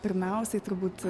pirmiausiai turbūt